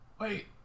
Wait